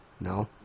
No